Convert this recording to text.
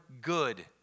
good